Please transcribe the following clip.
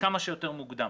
וכמה שיותר מוקדם.